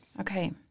Okay